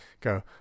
go